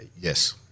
Yes